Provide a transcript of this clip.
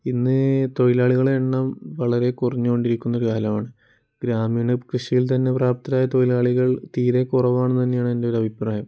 ഇന്ന് തൊഴിലാളികളെ എണ്ണം വളരെ കുറഞ്ഞുകൊണ്ടിരിക്കുന്നൊരു കാലമാണ് ഗ്രാമീണ കൃഷിയിൽത്തന്നെ പ്രാപ്തരായ തൊഴിലാളികൾ തീരെ കുറവാണെന്ന് തന്നെയാണ് എൻ്റെയൊരഭിപ്രായം